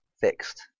fixed